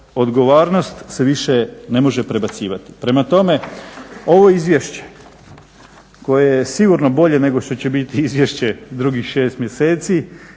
odgovornost se više ne može prebacivati. Prema tome ovo izvješće koje je sigurno bolje nego što će biti izvješće drugih šest mjeseci